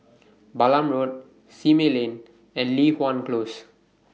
Balam Road Simei Lane and Li Hwan Close